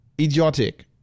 idiotic